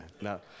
No